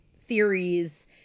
theories